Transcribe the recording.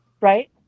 right